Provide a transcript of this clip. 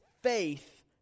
faith